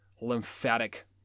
lymphatic